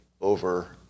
over